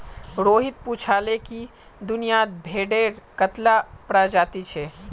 रोहित पूछाले कि दुनियात भेडेर कत्ला प्रजाति छे